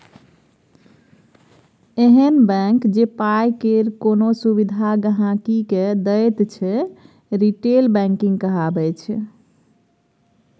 एहन बैंक जे पाइ केर कोनो सुविधा गांहिकी के दैत छै रिटेल बैंकिंग कहाबै छै